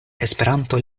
esperanto